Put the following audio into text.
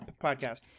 podcast